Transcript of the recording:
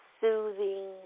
soothing